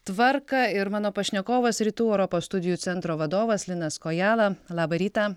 tvarką ir mano pašnekovas rytų europos studijų centro vadovas linas kojala labą rytą